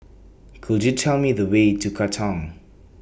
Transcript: Could YOU Tell Me The Way to Katong